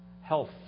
health